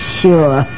sure